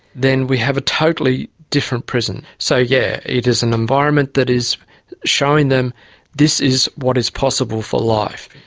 then we have a totally different prison. so yes, yeah it is an environment that is showing them this is what is possible for life.